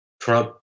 Trump